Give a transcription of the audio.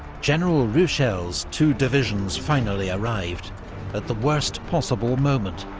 general ruchel's two divisions finally arrived at the worst possible moment.